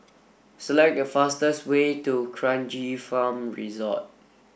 select the fastest way to D'Kranji Farm Resort